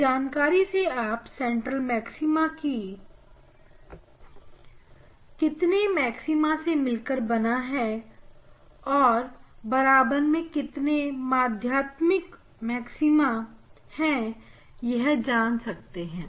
इस जानकारी से आप सेंट्रल मैक्सिमा कितने मैक्सिमा से मिलकर बना है और बराबर में कितने माध्यमिक मैक्सिमा है यह जान सकते हैं